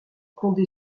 condé